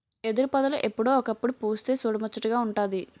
ఎదురుపొదలు ఎప్పుడో ఒకప్పుడు పుస్తె సూడముచ్చటగా వుంటాది